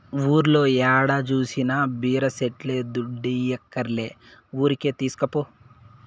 ఊర్లో ఏడ జూసినా బీర సెట్లే దుడ్డియ్యక్కర్లే ఊరికే తీస్కపో